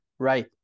Right